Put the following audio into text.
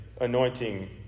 anointing